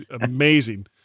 amazing